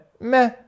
meh